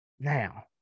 Now